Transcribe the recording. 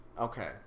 okay